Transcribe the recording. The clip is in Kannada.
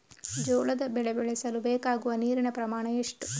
ಜೋಳದ ಬೆಳೆ ಬೆಳೆಸಲು ಬೇಕಾಗುವ ನೀರಿನ ಪ್ರಮಾಣ ಎಷ್ಟು?